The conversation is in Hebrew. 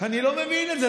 אני לא מבין את זה.